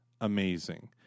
amazing